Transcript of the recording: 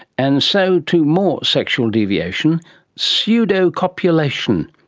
and so to more sexual deviation pseudocopulation,